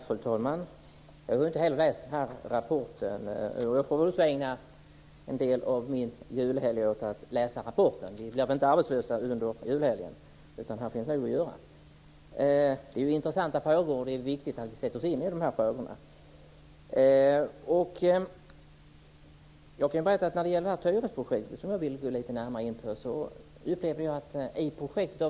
Fru talman! Inte heller jag har läst den här rapporten, och jag får nog ägna en del av min julhelg åt att läsa den. Vi blir alltså inte helt sysslolösa över julhelgen. Detta är intressanta frågor, och det är viktigt att vi sätter oss in i dem. Jag vill gå lite närmare in på Tyrusprojektet.